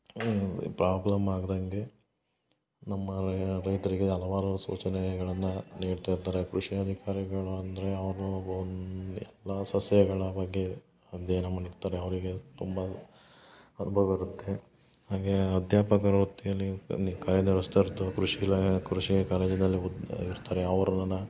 ಇವ ಪ್ರಾಬ್ಲಮ್ ಆಗ್ದಂಗೆ ನಮ್ಮ ರೈತರಿಗೆ ಹಲವಾರು ಸೂಚನೆಗಳನ್ನ ನೀಡ್ತಾ ಇರ್ತಾರೆ ಕೃಷಿ ಅಧಿಕಾರಿಗಳು ಅಂದರೆ ಅವರು ಒಂದು ಎಲ್ಲ ಸಸ್ಯಗಳ ಬಗ್ಗೆ ಅಧ್ಯಯನ ಮಾಡಿರ್ತಾರೆ ಅವರಿಗೆ ತುಂಬ ಅನ್ಭವ ಇರುತ್ತೆ ಹಾಗೇ ಅಧ್ಯಾಪಕ ವೃತ್ತಿಯಲ್ಲಿ ನಿ ಕಾರ್ಯನಿರ್ವಹಿಸ್ತಿರ್ತೋ ಕೃಷಿ ಇಲ್ಲಾ ಕೃಷಿ ಕಾಲೇಜಿನಲ್ಲಿ ಹುದ್ ಇರ್ತಾರೆ ಅವ್ರನ್ನ